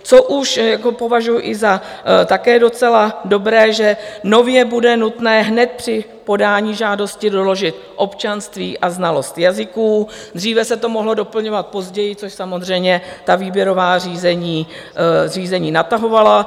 Co už považuji i za také docela dobré, že nově bude nutné hned při podání žádosti doložit občanství a znalost jazyků, dříve se to mohlo doplňovat později, což samozřejmě ta výběrová řízení natahovalo.